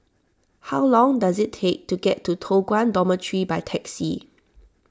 how long does it take to get to Toh Guan Dormitory by taxi